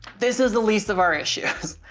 this is the least of our issues.